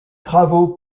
travaux